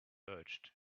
urged